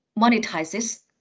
monetizes